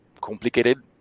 complicated